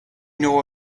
know